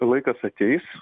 laikas ateis